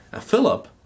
Philip